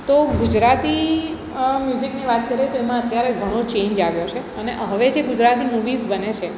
તો ગુજરાતી મ્યુઝિકની વાત કરીએ તો એમાં અત્યારે ઘણું ચેંજ આવ્યો છે અને હવે જે ગુજરાતી મૂવીઝ બને છે